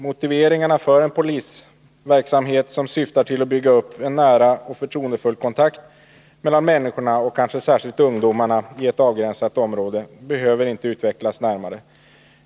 Motiveringarna för en polisverksamhet som syftar till att bygga upp en nära och förtroendefull kontakt med människorna, och kanske särskilt ungdomarna, i ett avgränsat område behöver inte utvecklas närmare.